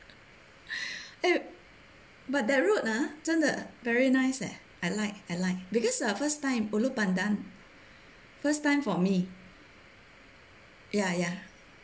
eh but that route ah 真的 very nice leh I like I like because the first time ulu pandan first time for me ya ya